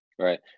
Right